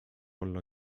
olla